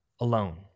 alone